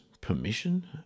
permission